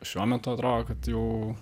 šiuo metu atrodo kad jau